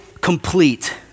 complete